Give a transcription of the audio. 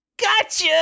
Gotcha